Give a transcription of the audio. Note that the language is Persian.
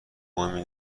مهمی